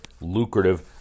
lucrative